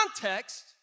context